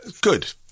Good